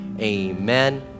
amen